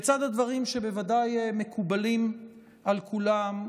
בצד הדברים שבוודאי מקובלים על כולם,